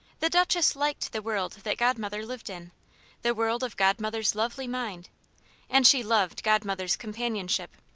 the duchess liked the world that godmother lived in the world of godmother's lovely mind and she loved godmother's companionship.